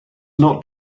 not